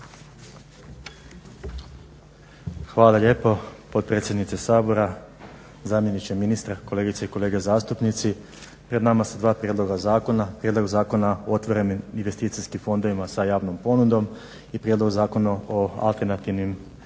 Hvala lijepo potpredsjednice Sabora. Zamjeniče ministra, kolegice i kolege zastupnici. Pred nama su dva prijedloga zakona, Prijedlog zakona o otvorenim investicijskim fondovima sa javnom ponudom i Prijedlog zakona o alternativnim investicijskim